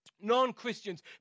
Non-Christians